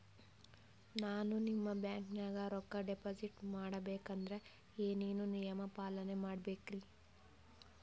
ನಾನು ನಿಮ್ಮ ಬ್ಯಾಂಕನಾಗ ರೊಕ್ಕಾ ಡಿಪಾಜಿಟ್ ಮಾಡ ಬೇಕಂದ್ರ ಏನೇನು ನಿಯಮ ಪಾಲನೇ ಮಾಡ್ಬೇಕ್ರಿ?